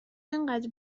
انقدر